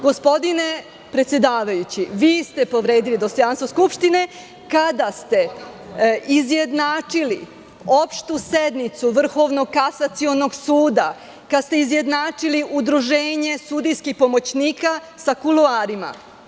Gospodine predsedavajući, vi ste povredili dostojanstvo Skupštine kada ste izjednačili opštu sednicu Vrhovnog kasacionog suda, kada ste izjednačili Udruženje sudijskih pomoćnika sa kuloarima.